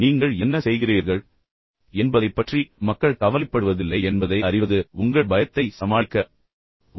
நீங்கள் என்ன செய்கிறீர்கள் என்பதைப் பற்றி மக்கள் உண்மையில் கவலைப்படுவதில்லை என்பதை அறிவது உங்கள் பயத்தை சமாளிக்க உதவுகிறது